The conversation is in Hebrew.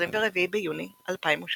24 ביוני 2017